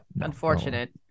unfortunate